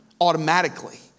automatically